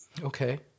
okay